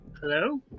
Hello